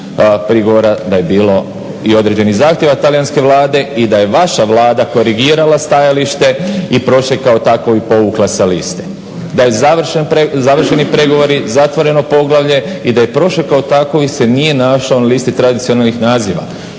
da je bilo i određenih zahtjeva Talijanske vlade i da je vaša vlada korigirala stajalište i Prošek kao takav povukla sa liste, da je završeni pregovori, zatvoreno poglavlje i da je Prošek kao takov se nije našao na listi tradicionalnih naziva